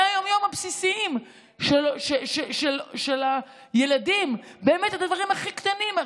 היום-יום הבסיסיים של הילדים באמת בדברים הכי קטנים.